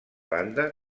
banda